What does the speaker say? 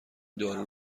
دارو